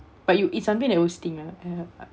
but you it's something that will sting ah